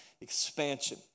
expansion